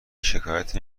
شکایتی